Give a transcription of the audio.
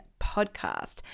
Podcast